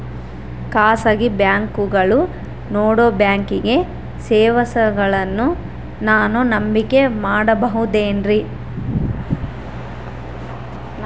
ಖಾಸಗಿ ಬ್ಯಾಂಕುಗಳು ನೇಡೋ ಬ್ಯಾಂಕಿಗ್ ಸರ್ವೇಸಗಳನ್ನು ನಾನು ನಂಬಿಕೆ ಮಾಡಬಹುದೇನ್ರಿ?